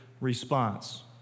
response